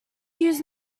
use